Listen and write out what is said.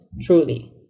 truly